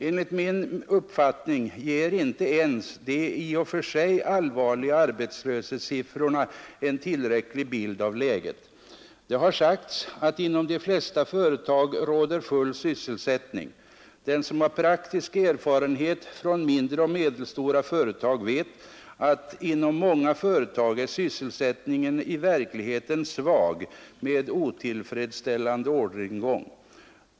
Enligt min uppfattning ger inte ens de i och för sig allvarliga arbetslöshetssiffrorna en tillräckligt tydlig bild av läget. Det har sagts att inom de flesta företag råder full sysselsättning. Den som har praktisk erfarenhet från mindre och medelstora företag vet att inom många företag är sysselsättningen i verkligheten svag med otillfredsställande orderingång.